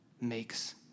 makes